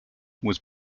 was